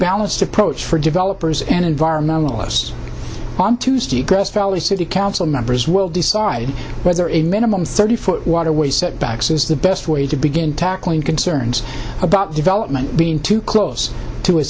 balanced approach for developers and environmentalist on tuesday grass valley city council members will decide whether in minimum thirty foot waterways setbacks is the best way to begin tackling concerns about development being too close to a